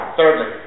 Thirdly